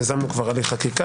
יזמנו כבר הליך חקיקה.